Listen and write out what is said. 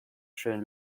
schön